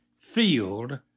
field